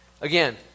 again